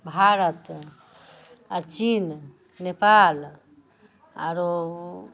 भारत आओर चीन नेपाल आरो